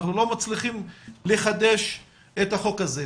אנחנו לא מצליחים לחדש את החוק הזה,